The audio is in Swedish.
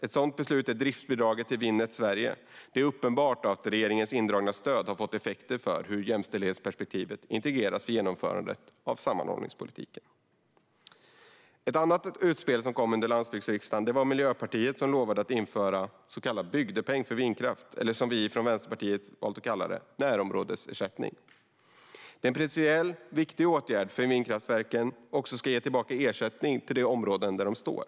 Ett sådant beslut är driftsbidraget till Winnet Sverige. Det är uppenbart att regeringens indragna stöd har fått effekter för hur jämställdhetsperspektivet integreras vid genomförandet av sammanhållningspolitiken. Ett annat utspel som kom under landsbygdsriksdagen var att Miljöpartiet lovade införa en så kallad bygdepeng för vindkraft eller, som vi från Vänsterpartiet valt att kalla det, närområdesersättning. Det är en principiellt viktig åtgärd för att vindkraftverken också ska ge tillbaka ersättning till de områden där de står.